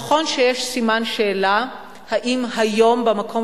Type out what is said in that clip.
נכון שיש סימן שאלה האם היום במקום